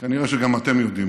כנראה שגם אתם יודעים